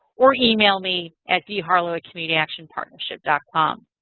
or email me at dharlow communityactionpartnership ah com.